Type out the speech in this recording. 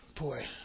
Boy